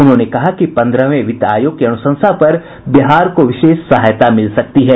उन्होंने कहा कि पंद्रहवें वित्त आयोग की अनुशंसा पर बिहार को विशेष सहायता मिल सकती है